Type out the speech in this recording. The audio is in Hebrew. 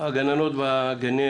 הגננות וגני